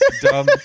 dumb